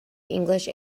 english